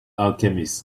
alchemists